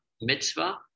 mitzvah